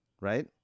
Right